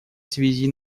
связи